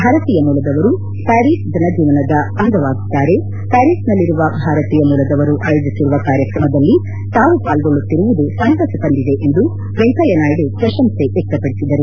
ಭಾರತೀಯ ಮೂಲದವರು ಪ್ಲಾರೀಸ್ ಜನಜೀವನದ ಅಂಗವಾಗಿದ್ಲಾರೆ ಪ್ಲಾರೀಸ್ನಲ್ಲಿರುವ ಭಾರತೀಯ ಮೂಲದವರು ಆಯೋಜಿಸಿರುವ ಕಾರ್ಯಕ್ರಮ ದಲ್ಲಿ ತಾವು ಪಾಲ್ಗೊಳ್ಲುತ್ತಿರುವುದು ಸಂತಸ ತಂದಿದೆ ಎಂದು ವೆಂಕಯ್ನನಾಯ್ನು ಪ್ರಶಂಸೆ ವ್ಯಕ್ತಪಡಿಸಿದರು